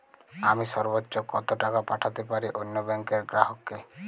আমি সর্বোচ্চ কতো টাকা পাঠাতে পারি অন্য ব্যাংকের গ্রাহক কে?